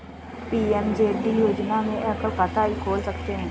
PMJD योजना में एकल खाता ही खोल सकते है